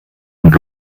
und